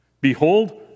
Behold